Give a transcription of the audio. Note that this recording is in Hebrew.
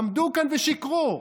עמדו כאן ושיקרו.